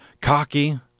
cocky